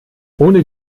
ohne